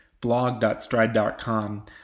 blog.stride.com